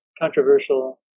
controversial